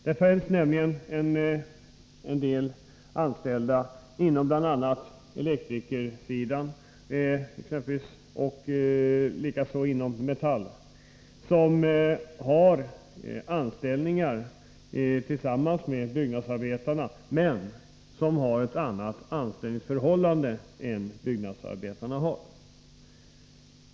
Det är nämligen en del anställda, exempelvis på elektrikersidan och inom Metall, som arbetar Nr 51 tillsammans med byggnadsarbetarna men som har ett annat anställningsför Måndagen den hållande än byggnadsarbetarna har.